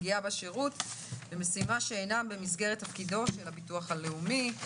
פגיעה בשירות ומשימה שאינה במסגרת תפקידו של הביטוח הלאומי.